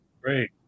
great